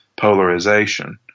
polarization